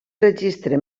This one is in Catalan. registre